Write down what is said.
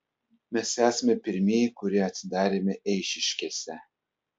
mes esame pirmieji kurie atsidarėme eišiškėse